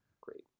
Great